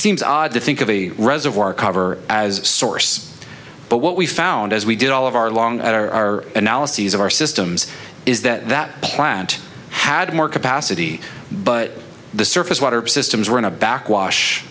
seems odd to think of a reservoir cover as a source but what we found as we did all of our long at our analyses of our systems is that that plant had more capacity but the surface water systems were in a backwash